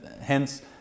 hence